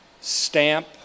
stamp